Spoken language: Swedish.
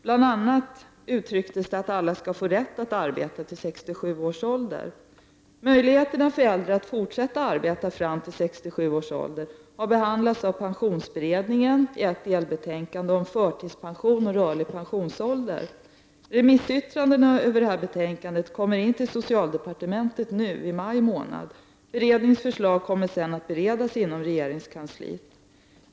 Bl.a skall alla få rätt att arbeta till 67 års ålder. Möjligheterna för äldre att fortsätta arbeta fram till 67 års ålder har behandlats av pensionsberedningen i ett delbetänkande om Förtidspension och rörlig pensionsålder. Remissyttrandena över betänkandet kommer in till socialdepartementet nu i maj månad. Beredningens förslag kommer sedan att beredas inom regeringskansliet.